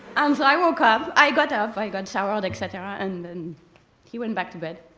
and so i woke up. i got up. i got showered, et cetera. and then he went back to bed.